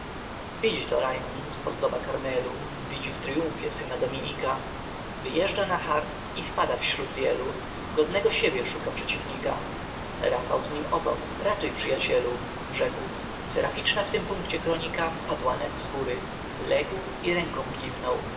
to rajmund ozdoba karmelu widzi w tryumfie syna dominika wyjeżdża na harc i wpada wśród wielu godnego siebie szuka przeciwnika rafał z nim obok ratuj przyjacielu rzekł seraficzna w tym punkcie kronika padła nań z góry legł i ręką kiwnął